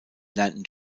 lernten